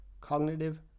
cognitive